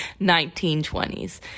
1920s